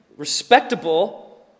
Respectable